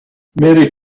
mary